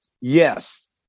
Yes